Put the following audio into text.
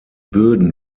böden